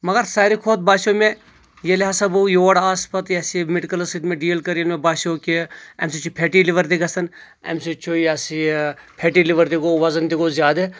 مگر ساروٕے کھۄتہِ باسیٚو مےٚ ییٚلہِ ہسا بہٕ یور آس پتہٕ یۄس یہِ میٚڑکٕلس سۭتۍ مےٚ ڈیٖل کٔر مےٚ بادیٚو کہِ امہِ سۭتۍ چھُ فیٹی لِور تہِ گژھان امہِ سۭتۍ چھُ یسا یہِ فیٹی لِور تہِ گوٚو وزن تہِ گوٚو زیادٕ